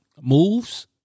moves